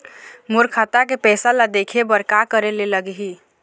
मोर खाता के पैसा ला देखे बर का करे ले लागही?